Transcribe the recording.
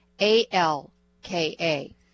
A-L-K-A